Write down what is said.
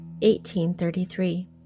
1833